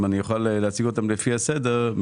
אם אוכל להציג אותן לפי הסדר,